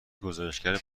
گزارشگر